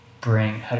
bring